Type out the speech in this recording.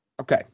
Okay